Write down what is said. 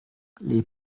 les